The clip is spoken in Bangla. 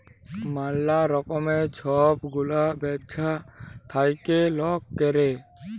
ম্যালা রকমের ছব গুলা ব্যবছা থ্যাইকে লক ক্যরে